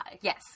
Yes